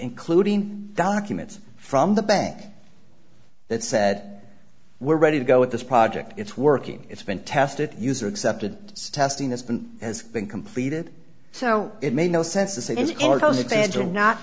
including documents from the bank that said we're ready to go with this project it's working it's been tested user accepted testing has been has been completed so it made no sense to say